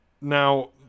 Now